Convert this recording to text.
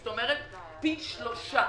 זאת אומרת, פי שלושה.